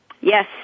Yes